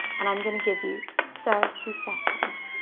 and i'm going to give you thirty seconds,